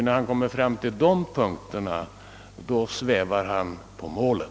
När han kommer fram till den punkten svävar han på målet.